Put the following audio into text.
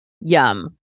Yum